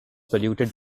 polluted